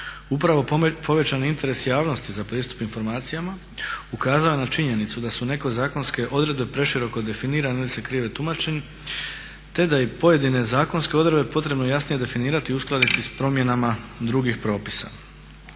Upravo povećan interes javnosti za pristup informacijama ukazao je na činjenicu da su neke zakonske odredbe preširoko definirane ili se krivo tumače, te da je i pojedine zakonske odredbe potrebno jasnije definirati i uskladiti sa promjenama drugih propisa.